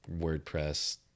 WordPress